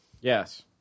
Yes